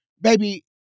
baby